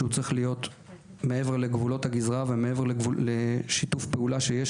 שצריך להיות מעבר לגבולות הגזרה ומעבר לשיתוף פעולה שיש